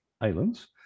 islands